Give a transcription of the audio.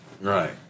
right